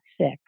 sick